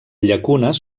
llacunes